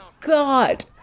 God